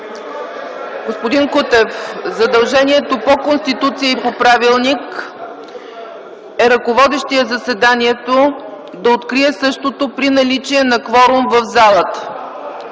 Господин Кутев, задължението по Конституцията и по Правилник е ръководещият заседанието да открие същото при наличие на кворум в залата.